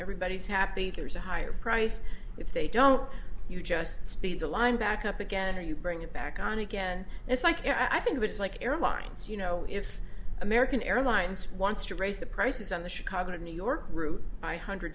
everybody's happy there's a higher price if they don't you just speak the line back up again or you bring it back on again and it's like i think it's like airlines you know if american airlines wants to raise the prices on the chicago to new york route by hundred